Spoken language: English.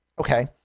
Okay